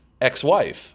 ex-wife